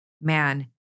Man